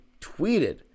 tweeted